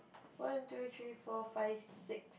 one two three four five six